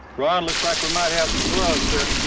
rob, looks like we might have some gloves here.